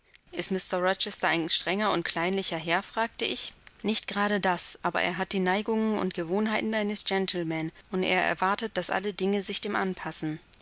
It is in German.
ist mr rochester ein strenger und kleinlicher herr fragte ich nicht gerade das aber er hat die neigungen und gewohnheiten eines gentleman und er erwartet daß alle dinge sich dem anpassen